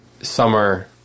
summer